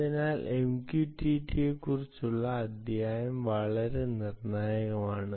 അതിനാൽ എംക്യുടിടിയെക്കുറിച്ചുള്ള അധ്യായം വളരെ നിർണായകമാണ്